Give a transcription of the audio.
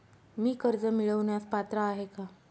मी कर्ज मिळवण्यास पात्र आहे का?